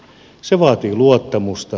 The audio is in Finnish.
se vaatii luottamusta